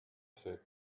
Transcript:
said